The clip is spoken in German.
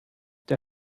der